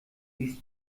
ließ